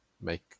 make